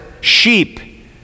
sheep